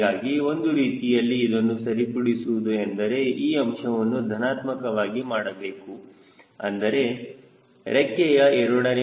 ಹೀಗಾಗಿ ಒಂದು ರೀತಿಯಲ್ಲಿ ಇದನ್ನು ಸರಿಪಡಿಸುವುದು ಎಂದರೆ ಈ ಅಂಶವನ್ನು ಧನಾತ್ಮಕವಾಗಿ ಮಾಡಬೇಕು ಅಂದರೆ ರೆಕ್ಕೆಯ a